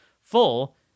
full